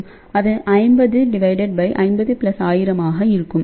அது ஆக இருக்கும்